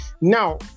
Now